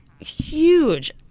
huge